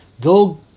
Go